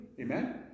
Amen